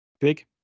Big